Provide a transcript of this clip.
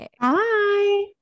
Bye